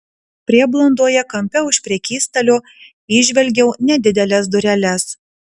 prieblandoje kampe už prekystalio įžvelgiau nedideles dureles